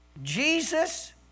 Jesus